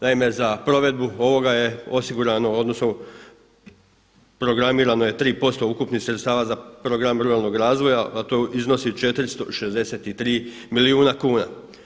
Naime, za provedbu ovoga je osigurano odnosno programirano je 3% ukupnih sredstava za Program ruralnog razvoja, a to iznosi 463 milijuna kuna.